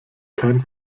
kein